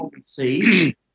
See